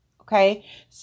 Okay